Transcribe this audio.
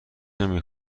نمی